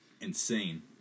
Insane